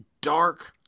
dark